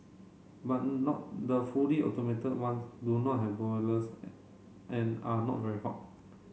but not the fully automated ones do not have boilers and are not very hot